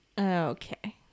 Okay